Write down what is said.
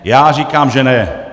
Já říkám, že ne.